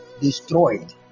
destroyed